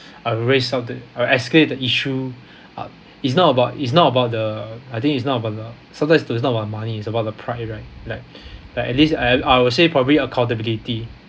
I will raise up that I will escalate the issue I is not about is not about the I think it's not about the sometimes it's not about money it's about the pride right like but at least I I would say probably accountability